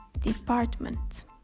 department